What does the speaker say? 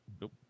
nope